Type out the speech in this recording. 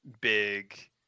big